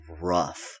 rough